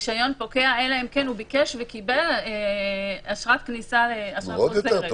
הרשיון פוקע אלא אם כן ביקש וקיבל אשרת כניסה לאשרה חוזרת.